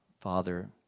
Father